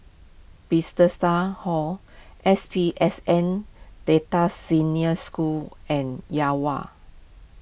Bethesda Hall S P S N Delta Senior School and Yuhua